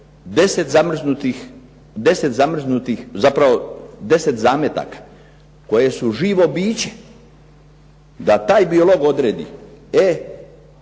od 10 zamrznutih, zapravo 10 zametaka koje su živo biće, da taj biolog odredi e